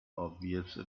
obvious